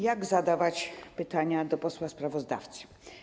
Jak zadawać pytania do posła sprawozdawcy?